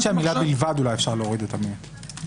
האמת שאולי אפשר להוריד את המילה "בלבד".